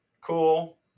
Cool